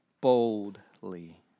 Boldly